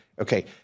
Okay